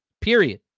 Period